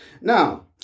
Now